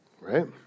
Right